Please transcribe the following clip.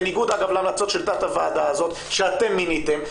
בניגוד אגב להמלצות של תת הוועדה הזאת שאתם מיניתם,